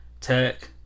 Tech